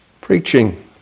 preaching